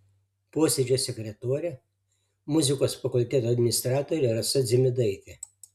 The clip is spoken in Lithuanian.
posėdžio sekretorė muzikos fakulteto administratorė rasa dzimidaitė